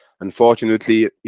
Unfortunately